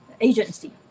agency